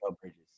Bridges